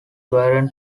byron